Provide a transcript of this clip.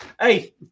Hey